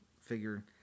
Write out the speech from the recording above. Figure